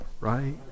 right